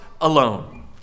alone